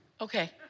Okay